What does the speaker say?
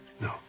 No